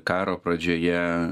karo pradžioje